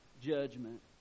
judgment